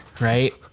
right